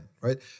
right